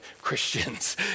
Christians